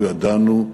אנחנו ידענו: